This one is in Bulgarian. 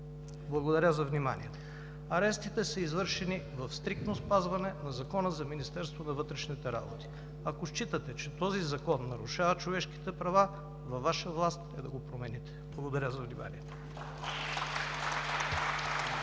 само че срещу пари. Арестите са извършени в стриктно спазване на Закона за Министерството на вътрешните работи. Ако считате, че този закон нарушава човешките права, във Ваша власт е да го промените. Благодаря за вниманието.